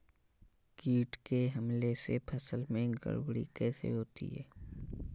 कीट के हमले से फसल में गड़बड़ी कैसे होती है?